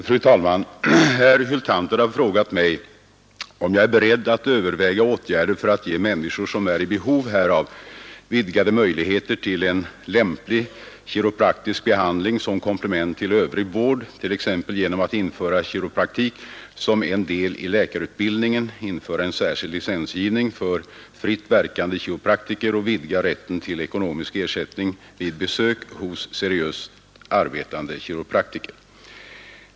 Fru talman! Herr Hyltander har frågat mig om jag är beredd att överväga åtgärder för att ge människor som är i behov härav vidgade möjligheter till en lämplig kiropraktisk behandling som komplement till övrig vård, t.ex. genom att införa kiropraktik som en del i läkarutbildningen, införa en särskild licensgivning för fritt verkande kiropraktiker och vidga rätten till ekonomisk ersättning vid besök hos seriöst arbetande kiropraktiker.